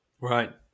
Right